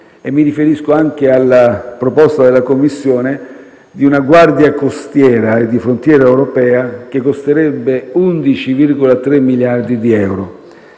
Mi riferisco anche alla proposta della Commissione di una Guardia costiera e di frontiera europea che costerebbe 11,3 miliardi di euro.